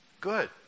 Good